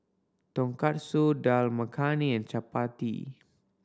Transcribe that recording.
Tonkatsu Dal Makhani and Chapati